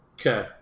Okay